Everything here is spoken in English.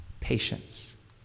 Patience